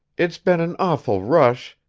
it's been an awful rush.